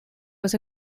was